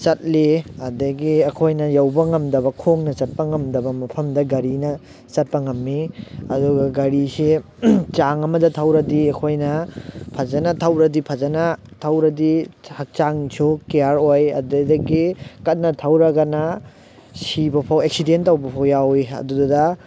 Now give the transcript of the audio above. ꯆꯠꯂꯤ ꯑꯗꯒꯤ ꯑꯩꯈꯣꯏꯅ ꯌꯧꯕ ꯉꯝꯗꯕ ꯈꯣꯡꯅ ꯆꯠꯄ ꯉꯝꯗꯕ ꯃꯐꯝꯗ ꯒꯥꯔꯤꯅ ꯆꯠꯄ ꯉꯝꯃꯤ ꯑꯗꯨꯒ ꯒꯥꯔꯤꯁꯤ ꯆꯥꯡ ꯑꯃꯗ ꯊꯧꯔꯗꯤ ꯑꯩꯈꯣꯏꯅ ꯐꯖꯅ ꯊꯧꯔꯗꯤ ꯐꯖꯅ ꯊꯧꯔꯗꯤ ꯍꯛꯆꯥꯡꯁꯨ ꯀꯤꯌꯥꯔ ꯑꯣꯏ ꯑꯗꯨꯗꯒꯤ ꯀꯟꯅ ꯊꯧꯔꯒꯅ ꯁꯤꯕ ꯐꯥꯎ ꯑꯦꯛꯁꯤꯗꯦꯟ ꯇꯧꯕ ꯐꯥꯎ ꯌꯥꯎꯋꯤ ꯑꯗꯨꯗꯨꯒ